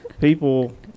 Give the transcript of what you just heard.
people